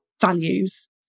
values